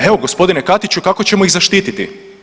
Evo gospodine Katiću kako ćemo ih zaštiti?